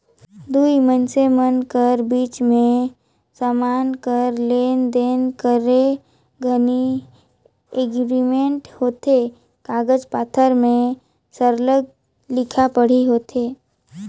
दुई मइनसे मन कर बीच में समान कर लेन देन करे घनी एग्रीमेंट होथे कागज पाथर में सरलग लिखा पढ़ी होथे